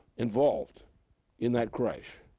involved in that crash,